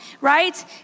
right